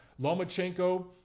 Lomachenko